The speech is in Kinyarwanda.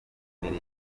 mbere